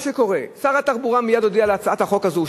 מה שקורה: שר התחבורה מייד הודיע על הצעת החוק הזו,